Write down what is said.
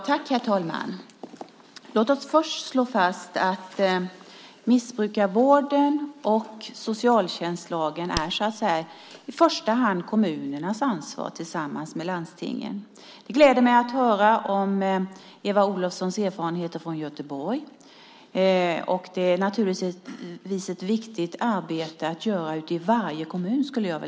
Herr talman! Låt oss först slå fast att missbrukarvården och socialtjänstlagen i första hand är kommunernas ansvar tillsammans med landstingen. Det gläder mig att höra om Eva Olofssons erfarenheter från Göteborg, och detta är naturligtvis ett viktigt arbete som ska göras ute i varje kommun.